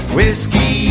Whiskey